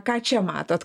ką čia matot